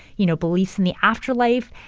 you know, belief in the afterlife?